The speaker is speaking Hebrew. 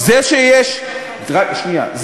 זה שיש בישראל,